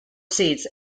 seats